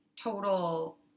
total